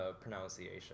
pronunciation